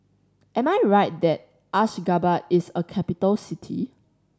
am I right that Ashgabat is a capital city